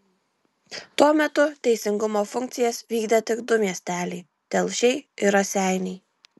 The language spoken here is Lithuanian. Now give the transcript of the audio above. tuo metu teisingumo funkcijas vykdė tik du miesteliai telšiai ir raseiniai